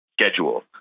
schedule